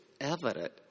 evident